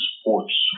sports